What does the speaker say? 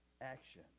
action